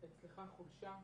אצלך חולשה,